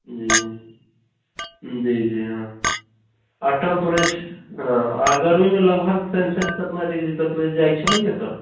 जी जी जी हाँ आओर गरमीमे लगभग सेन्सेक्स कतना डिग्री तक लेल जाइ छलैए सर